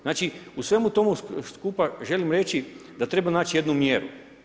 Znači u svemu tomu skupa želim reći da treba naći jednu mjeru.